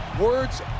words